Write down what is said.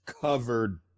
covered